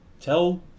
Tell